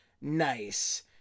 Nice